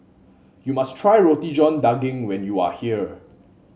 you must try Roti John Daging when you are here